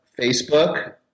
Facebook